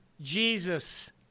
Jesus